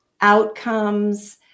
outcomes